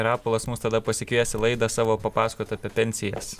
rapolas mus tada pasikvies į laidą savo papasakot apie pensijas